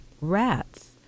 rats